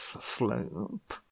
slope